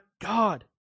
God